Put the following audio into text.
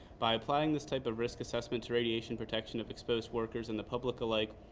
by applying this type of risk assessment to radiation protection of exposed workers and the public alike,